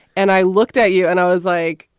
and i looked at you and i was like,